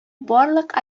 барлык